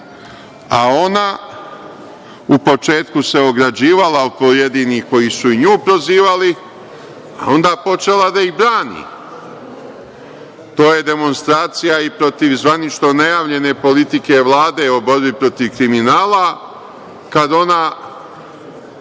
a ona u početku se ograđivala od pojedinih koji su nju prozivali, a onda počela da ih brani. To je demonstracija i protiv zvanično najavljene politike Vlade o borbi protiv kriminala, kad ona